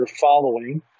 following